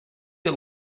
got